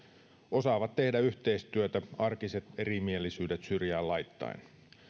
osaavat tehdä yhteistyötä arkiset erimielisyydet syrjään laittaen